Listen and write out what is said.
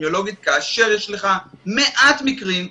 כאשר יש לך מעט מקרים,